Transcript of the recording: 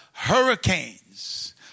hurricanes